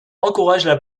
encouragent